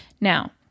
Now